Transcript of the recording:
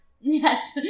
Yes